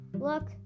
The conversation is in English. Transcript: Look